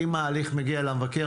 אם ההליך מגיע למבקר,